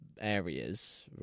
areas